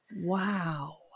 Wow